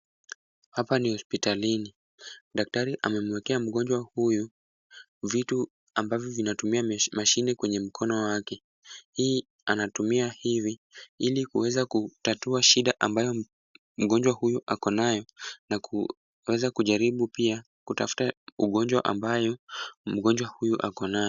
Hapa ni hospitalini. Daktari amemwekea mgonjwa huyu vitu ambavyo vinatumia mashine kwenye mkono wake. Hii anatumia hivi ili kuweza kutatua shida ambayo mgonjwa huyu ako nayo na kuweza kujaribu pia kutafuta ugonjwa ambayo mgonjwa huyu ako nayo.